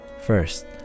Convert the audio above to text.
First